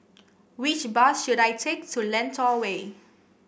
which bus should I take to Lentor Way